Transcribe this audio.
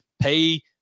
pay –